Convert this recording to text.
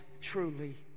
truly